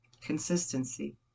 Consistency